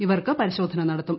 ഇവർക്ക് പരിശോധന നടത്തും